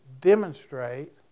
demonstrate